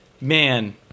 man